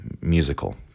musical